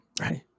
Right